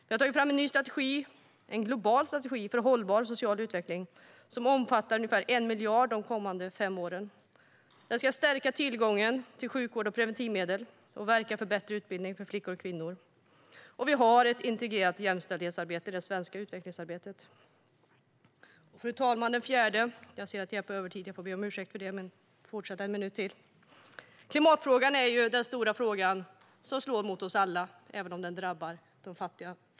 Vi har också tagit fram en ny global strategi för hållbar social utveckling, som omfattar ungefär 1 miljard de kommande fem åren. Den ska stärka tillgången till sjukvård och preventivmedel och verka för bättre utbildning för flickor och kvinnor. Och vi har ett integrerat jämställdhetsarbete i det svenska utvecklingsarbetet. Fru talman! Den fjärde frågan är klimatfrågan som är den stora fråga som slår mot oss alla, även om den främst drabbar de fattiga.